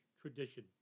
tradition